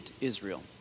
Israel